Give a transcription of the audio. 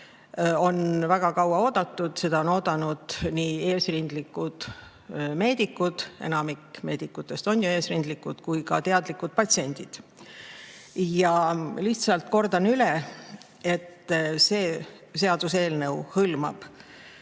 on väga kaua oodatud. Seda on oodanud nii eesrindlikud meedikud – enamik meedikutest on ju eesrindlikud – kui ka teadlikud patsiendid. Lihtsalt kordan üle, et see seaduseelnõu hõlmab